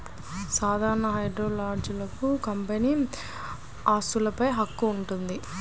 సాధారణ షేర్హోల్డర్లకు కంపెనీ ఆస్తులపై హక్కులు ఉంటాయి